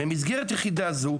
במסגרת יחידה זו,